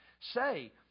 say